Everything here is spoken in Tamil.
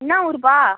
என்ன ஊருப்பா